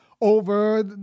over